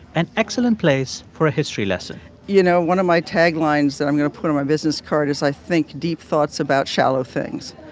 an excellent place for a history lesson you know, know, one of my tag lines that i'm going to put on my business card is i think deep thoughts about shallow things